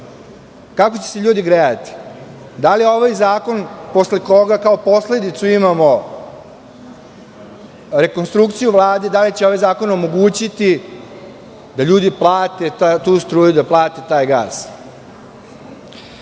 Kako će se ljudi grejati? Da li je ovo zakon posle koga kao posledicu imamo rekonstrukciju Vlade, da li će ovaj zakon omogućiti da ljudi plate tu struju, da plate taj gas?